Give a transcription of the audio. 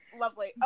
Lovely